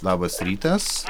labas rytas